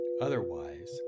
Otherwise